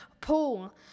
Paul